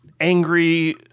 angry